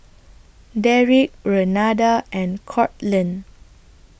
Deric Renada and Courtland